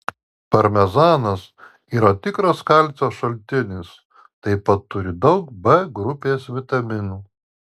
parmezanas yra tikras kalcio šaltinis taip pat turi daug b grupės vitaminų